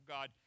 God